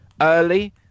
early